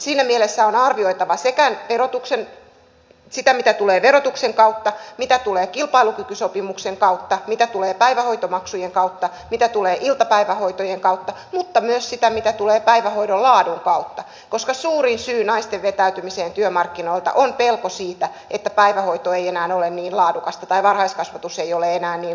siinä mielessä on arvioitava sekä sitä mitä tulee verotuksen kautta mitä tulee kilpailukykysopimuksen kautta mitä tulee päivähoitomaksujen kautta mitä tulee iltapäivähoitojen kautta että myös sitä mitä tulee päivähoidon laadun kautta koska suurin syy naisten vetäytymiseen työmarkkinoilta on pelko siitä että päivähoito ei ole enää niin laadukasta tai varhaiskasvatus ei ole enää niin laadukasta